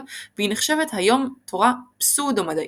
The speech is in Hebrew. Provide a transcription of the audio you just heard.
והיא נחשבת היום תורה פסאודו-מדעית.